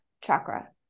chakra